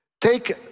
Take